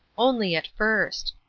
only at first.